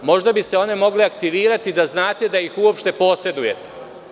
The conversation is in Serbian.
Možda bi se one mogle aktivirati da znate da ih uopšte posedujete.